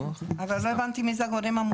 אבל לא הבנתי מי אלה הגורמים המוסמכים.